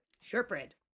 Shortbread